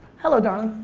hello darling.